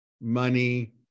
money